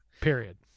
period